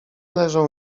leżą